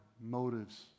motives